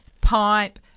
pipe